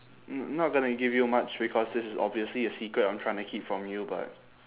n~ not gonna give you much because this is obviously a secret I'm trying to keep from you but